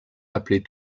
appelés